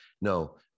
no